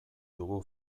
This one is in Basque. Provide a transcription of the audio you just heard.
dugu